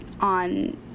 on